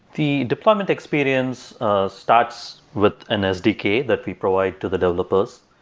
the deployment experience starts with and sdk that we provide to the developers.